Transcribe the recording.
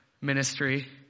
ministry